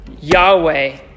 Yahweh